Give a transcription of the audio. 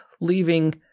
leaving –